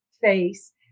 face